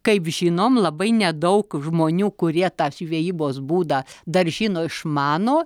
kaip žinom labai nedaug žmonių kurie tą žvejybos būdą dar žino išmano